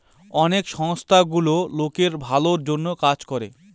অনেক সংস্থা গুলো লোকের ভালোর জন্য কাজ করে